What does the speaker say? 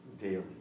daily